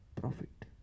profit